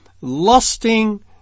lusting